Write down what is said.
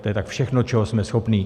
To je tak všechno, čeho jsme schopni.